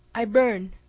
i burn!